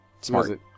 smart